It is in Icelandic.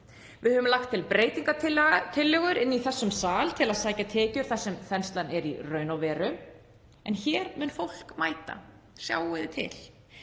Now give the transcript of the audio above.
Við höfum lagt til breytingartillögur í þessum sal til að sækja tekjur þar sem þenslan er í raun og veru. En hér mun fólk mæta, sjáið þið til,